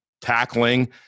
tackling